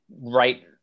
right